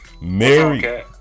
Mary